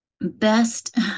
best